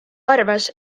arvas